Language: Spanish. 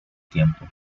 tiempo